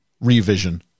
revision